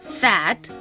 fat